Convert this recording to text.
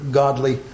godly